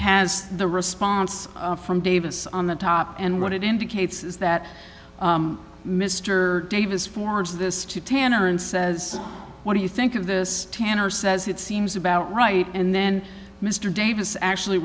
has the response from davis on the top and what it indicates is that mr davis forwards this to tanner and says what do you think of this tanner says it seems about right and then mr davis actually